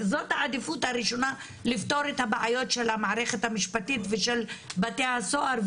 זאת העדיפות הראשונה לפתור את הבעיות של המערכת המשפטית ושל בתי הסוהר,